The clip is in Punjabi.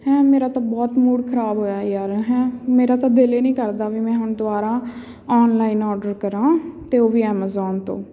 ਹੈਂ ਮੇਰਾ ਤਾਂ ਬਹੁਤ ਮੂਡ ਖ਼ਰਾਬ ਹੋਇਆ ਯਾਰ ਹੈਂ ਮੇਰਾ ਤਾਂ ਦਿਲ ਏ ਨਹੀਂ ਕਰਦਾ ਵੀ ਮੈਂ ਹੁਣ ਦੁਬਾਰਾ ਔਨਲਾਈਨ ਔਡਰ ਕਰਾਂ ਅਤੇ ਉਹ ਵੀ ਐਮਾਜ਼ੋਨ ਤੋਂ